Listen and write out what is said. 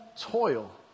toil